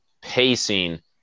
pacing